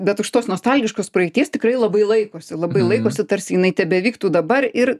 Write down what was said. bet už tos nostalgiškos praeities tikrai labai laikosi labai laikosi tarsi jinai tebevyktų dabar ir